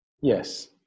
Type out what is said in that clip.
Yes